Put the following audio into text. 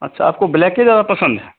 अच्छा आपको ब्लैक ही ज़्यादा पसंद है